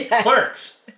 Clerks